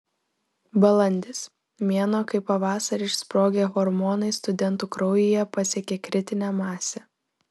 balandis mėnuo kai pavasarį išsprogę hormonai studentų kraujyje pasiekia kritinę masę